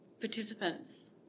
participants